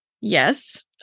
yes